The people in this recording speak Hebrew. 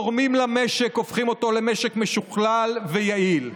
תורמים למשק, הופכים אותו למשק משוכלל ויעיל.